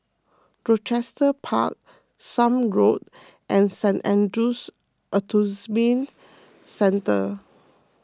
Rochester Park Somme Road and Saint andrew's Autism Centre